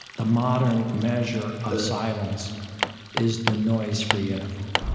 the modern measure of silence is the noise-free interval.